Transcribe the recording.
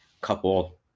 couple